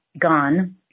Gone